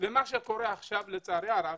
מה שקורה עכשיו לצערי הרב